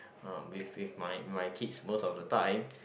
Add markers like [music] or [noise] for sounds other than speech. uh with with my my kids most of the time [noise]